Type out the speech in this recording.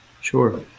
Sure